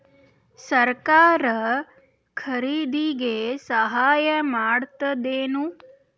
ಸರಕಾರ ಖರೀದಿಗೆ ಸಹಾಯ ಮಾಡ್ತದೇನು?